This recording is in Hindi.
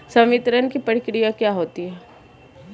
संवितरण की प्रक्रिया क्या होती है?